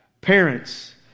parents